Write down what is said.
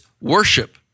worship